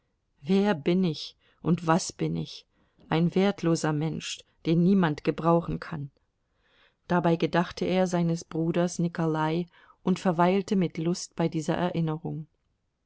wer bin ich und was bin ich ein wertloser mensch den niemand gebrauchen kann dabei gedachte er seines bruders nikolai und verweilte mit lust bei dieser erinnerung